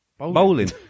Bowling